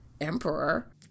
emperor